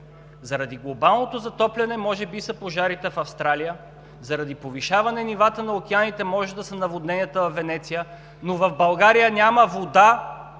Заради глобалното затопляне може би са пожарите в Австралия, заради повишаване на нивата на океаните може да са наводненията във Венеция, но в България няма вода,